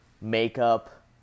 makeup